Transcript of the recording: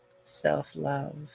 Self-love